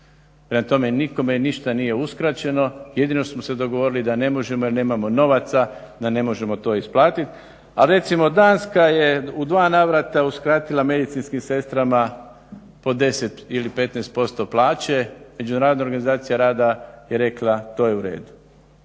Prema tome nikome ništa nije uskraćeno, jedino smo se dogovorili da ne možemo jer nemamo novaca, da ne možemo to isplatit, a recimo Danska je u dva navrata uskratila medicinskim sestrama po 10 ili 15% plaće. Međunarodna organizacija rada je rekla to je u redu.